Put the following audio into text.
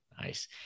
Nice